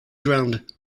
drowned